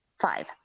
five